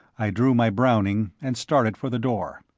i drew my browning and started for the door.